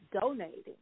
donating